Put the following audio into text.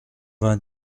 vingt